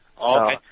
Okay